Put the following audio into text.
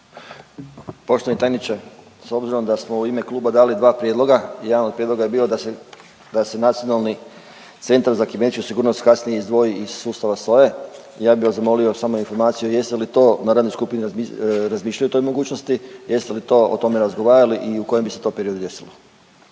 Poštovani tajniče, s obzirom da smo u ime kluba dali dva prijedloga, jedan od prijedloga je bio da se Nacionalni centar za kibernetičku sigurnost kasnije izdvoji iz sustava SOA-e, ja bi vas zamolio samo informaciju jeste li to na radnoj skupini razmišljali o toj mogućnosti, jeste li to o tome razgovarali i u kojem bi se to periodu desilo?